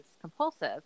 compulsive